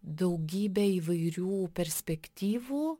daugybė įvairių perspektyvų